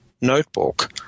notebook